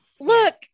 look